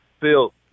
Phil